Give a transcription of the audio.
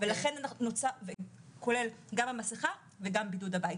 לכן הצו כולל גם המסכה וגם בידוד הבית,